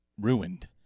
ruined